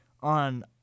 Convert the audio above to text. on